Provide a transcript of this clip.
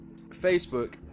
Facebook